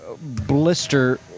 blister